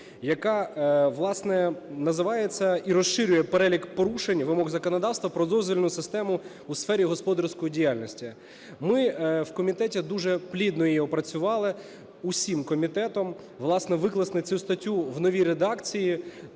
яка, власне, називається і розширює перелік порушень вимог законодавства про дозвільну систему у сфері господарської діяльності. Ми в комітеті дуже плідно її опрацювали, усім комітетом, власне, виклали цю статтю в новій редакції.